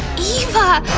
eva!